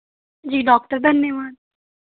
जी doctor धन्यवाद